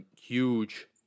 huge